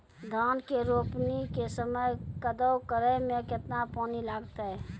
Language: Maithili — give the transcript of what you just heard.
धान के रोपणी के समय कदौ करै मे केतना पानी लागतै?